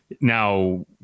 Now